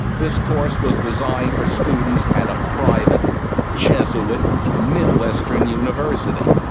this course was designed for students at a private jesuit mid-western university.